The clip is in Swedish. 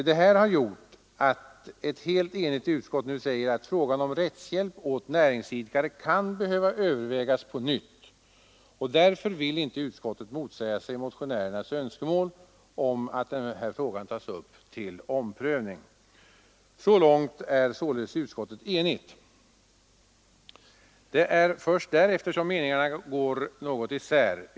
Detta har gjort att ett enigt utskott nu säger att frågan om rättshjälp åt näringsidkare kan behöva övervägas. Därför vill inte utskottet motsätta sig motionärernas önskemål om att den här frågan skall tas upp till omprövning. Så långt är således utskottet enigt, det är först därefter som meningarna går något isär.